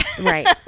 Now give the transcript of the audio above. right